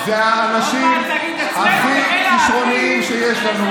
אלה האנשים הכי כישרוניים שיש לנו,